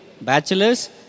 bachelor's